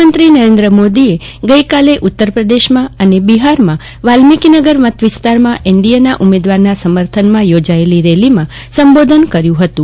પ્રધાનમંત્રી નરેન્દ્ર મોદીએ ગઈકાલે ઉત્તર પ્રદેશ અને બિહારમાં વાલ્મીકીનગર મતવિસ્તારમાં એનડીએના ઉમેદવારના સમર્થનમાં યોજાયેલી રેલીમાં પ્રધાનમંત્રીએ સંબોધન કર્યુ હતું